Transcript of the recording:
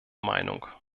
meinung